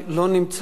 לא נמצא,